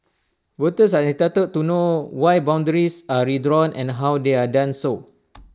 voters are entitled to know why boundaries are redrawn and how they are done so